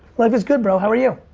life is good, bro. how are you?